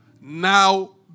Now